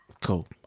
cool